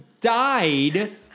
died